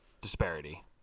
disparity